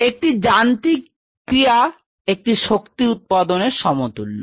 একটি যান্ত্রিক ক্রিয়া একটি শক্তি উৎপাদনের সমতুল্য